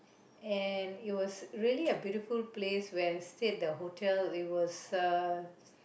and it was really a beautiful place where I stayed the hotel it was uh